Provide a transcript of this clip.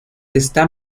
está